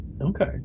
Okay